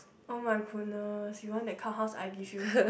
oh-my-goodness you want that kind of house I give you